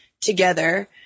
together